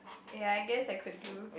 ya I guess I could do